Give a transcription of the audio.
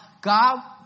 God